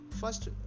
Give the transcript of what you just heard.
First